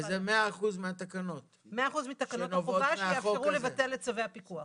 וזה מאה אחוז מהתקנות שנובעות מהחוק הזה.